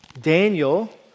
Daniel